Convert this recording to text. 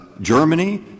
Germany